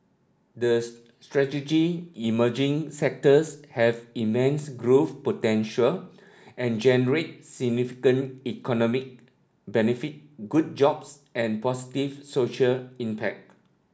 the strategic emerging sectors have immense growth potential and generate significant economic benefit good jobs and positive social impact